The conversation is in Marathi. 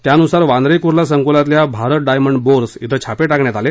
त्यानुसार वांद्रे कुर्ला संकुलातल्या भारत डायमंड बोर्स ॐ छापे टाकण्यात आले